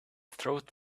throat